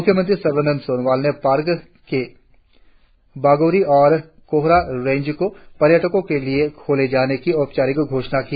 मुख्य मंत्री सर्वानंद सोनोवाल ने पार्क के बागोरी और कोहोरा रेंज को पर्यटको के लिए खोले जाने की औपचारिक घोषणा की